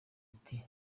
ati